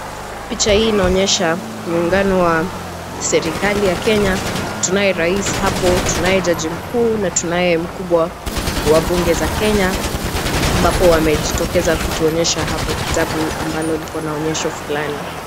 Picha hi inaonyesha muungano wa serikali ya Kenya. Tunaye rais hapo, tunaye jaji mkuu na tunaye mkubwa wa bunge za Kenya ambapo wamejitokeza kutuonyesha hapo kitabu ambacho kina maonyesho fulani.